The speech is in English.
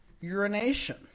urination